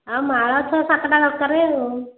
ଆଉ ମାଳ ଛଅ ସାତଟା ଦରକାର ଆଉ